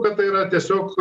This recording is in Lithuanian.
kad tai yra tiesiog